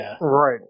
Right